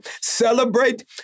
celebrate